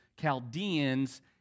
Chaldeans